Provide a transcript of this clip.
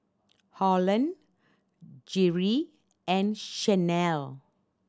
Holland Jere and Shanell